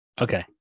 Okay